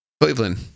Cleveland